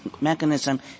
mechanism